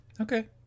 Okay